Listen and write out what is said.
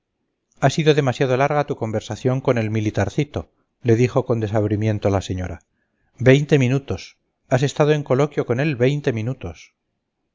ha sido demasiado larga tu conversación con el militarcito le dijo con desabrimiento la señora veinte minutos has estado en coloquio con él veinte minutos